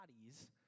bodies